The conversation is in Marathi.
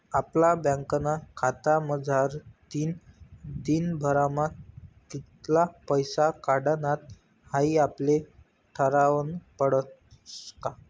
आपला बँकना खातामझारतीन दिनभरमा कित्ला पैसा काढानात हाई आपले ठरावनं पडस का